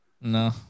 No